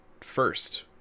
first